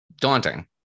daunting